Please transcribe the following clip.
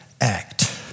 act